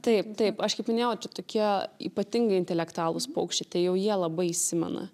taip taip aš kaip minėjau čia tokie ypatingai intelektualūs paukščiai tai jau jie labai įsimena